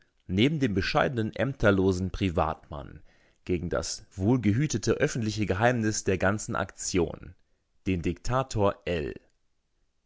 neben dem bescheidenen ämterlosen privatmann gegen das wohlgehütete öffentliche geheimnis der ganzen aktion den diktator